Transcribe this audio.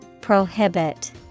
Prohibit